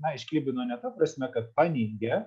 na išklibino ne ta prasme kad paneigė